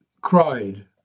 cried